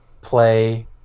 play